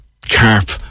carp